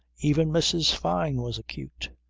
even mrs. fyne was acute.